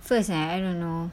first eh I don't know